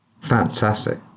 Fantastic